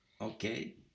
okay